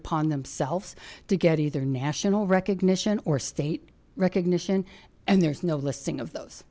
upon themselves to get either national recognition or state recognition and there's no listing of those